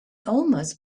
almost